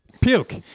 Puke